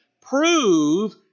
Prove